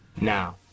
Now